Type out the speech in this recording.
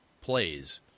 plays